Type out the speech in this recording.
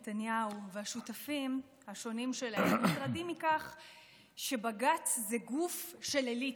נתניהו והשותפים השונים שלהם מוטרדים מכך שבג"ץ זה גוף של אליטות,